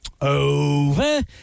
Over